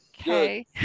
okay